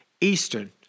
Eastern